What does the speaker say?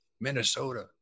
Minnesota